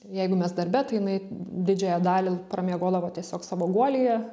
jeigu mes darbe tai jinai didžiąją dalį pramiegodavo tiesiog savo guolyje